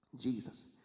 Jesus